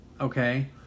okay